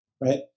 right